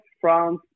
France